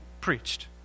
preached